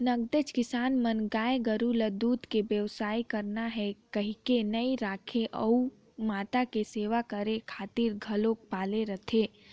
नगदेच किसान मन गाय गोरु ल दूद के बेवसाय करना हे कहिके नइ राखे गउ माता के सेवा करे खातिर घलोक पाले रहिथे